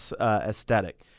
aesthetic